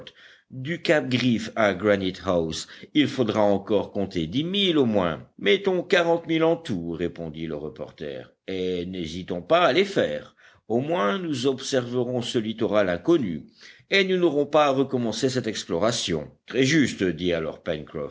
du cap griffe à granite house il faudra encore compter dix milles au moins mettons quarante milles en tout répondit le reporter et n'hésitons pas à les faire au moins nous observerons ce littoral inconnu et nous n'aurons pas à recommencer cette exploration très juste dit alors